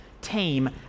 tame